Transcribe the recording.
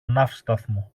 ναύσταθμο